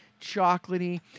chocolatey